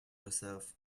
herself